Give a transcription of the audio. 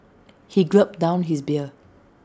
he gulped down his beer